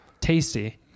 tasty